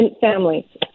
family